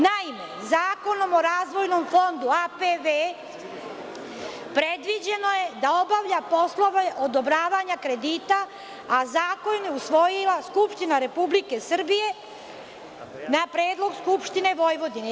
Naime, Zakonom o razvojnom fondu AP Vojvodine, predviđeno je da obavlja poslove odobravanja kredita, a zakon je usvojila Skupština Republike Srbije na predlog Skupštine Vojvodine.